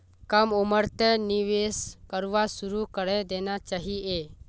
कम उम्रतें निवेश करवा शुरू करे देना चहिए